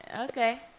Okay